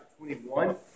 21